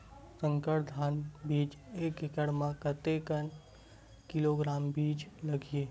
संकर धान बीज एक एकड़ म कतेक किलोग्राम बीज लगथे?